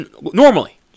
normally